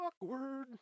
Awkward